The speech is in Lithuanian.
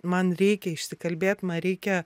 man reikia išsikalbėt ma reikia